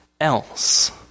else